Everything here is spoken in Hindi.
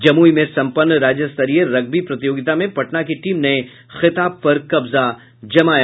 जमुई में सम्पन्न राज्य स्तरीय रग्बी प्रतियोगिता में पटना की टीम ने खिताब पर कब्जा जमाया